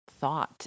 thought